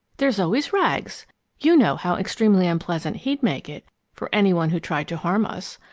there's always rags you know how extremely unpleasant he'd make it for any one who tried to harm us.